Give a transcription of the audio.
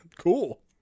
cool